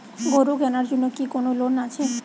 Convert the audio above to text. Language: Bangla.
গরু কেনার জন্য কি কোন লোন আছে?